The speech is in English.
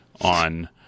on